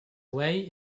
way